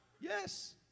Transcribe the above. yes